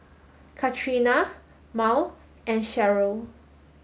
Katrina Mal and Cheryll